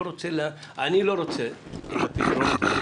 אני לא רוצה את הפתרונות האלה,